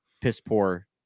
piss-poor